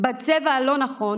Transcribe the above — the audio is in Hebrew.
בצבע הלא-נכון,